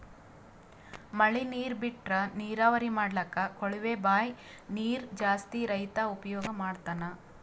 ಮಳಿ ನೀರ್ ಬಿಟ್ರಾ ನೀರಾವರಿ ಮಾಡ್ಲಕ್ಕ್ ಕೊಳವೆ ಬಾಂಯ್ ನೀರ್ ಜಾಸ್ತಿ ರೈತಾ ಉಪಯೋಗ್ ಮಾಡ್ತಾನಾ